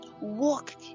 walk